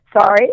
Sorry